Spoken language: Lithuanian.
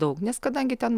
daug nes kadangi ten